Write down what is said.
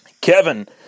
Kevin